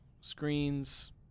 screens